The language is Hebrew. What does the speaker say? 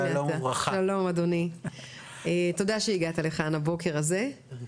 שלום אדוני ותודה רבה שהגעת לכאן הבוקר הזה.